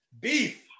Beef